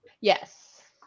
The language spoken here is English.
Yes